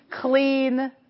clean